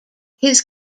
his